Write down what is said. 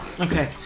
okay